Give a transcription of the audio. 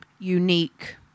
unique